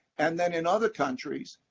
and then in other countries,